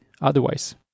otherwise